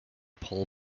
pole